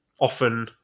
often